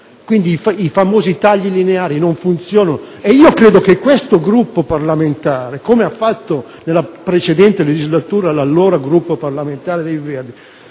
i famosi tagli lineari non funzionano. Credo che questo Gruppo parlamentare, come ha fatto nella precedente legislatura l'allora Gruppo parlamentare dei Verdi,